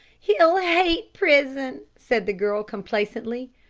he'll hate prison, said the girl complacently.